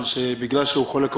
בגלל שהוא חולה קורונה,